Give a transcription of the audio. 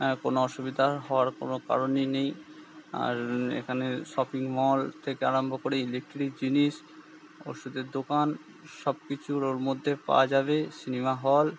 হ্যাঁ কোনো অসুবিধা হওয়ার কোনো কারণই নেই আর এখানে শপিং মল থেকে আরাম্ভ করে ইলেকট্রিক জিনিস ওষুধের দোকান সব কিছুর ওর মধ্যে পাওয়া যাবে সিনেমা হল